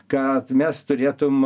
kad mes turėtum